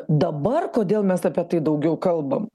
dabar kodėl mes apie tai daugiau kalbam